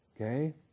okay